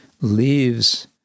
leaves